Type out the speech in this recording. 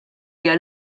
hija